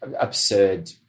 absurd